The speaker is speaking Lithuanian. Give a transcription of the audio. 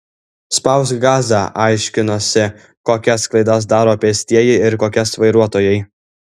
spausk gazą aiškinosi kokias klaidas daro pėstieji ir kokias vairuotojai